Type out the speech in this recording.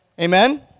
Amen